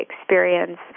experience